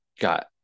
got